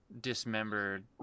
dismembered